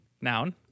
noun